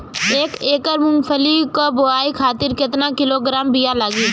एक एकड़ मूंगफली क बोआई खातिर केतना किलोग्राम बीया लागी?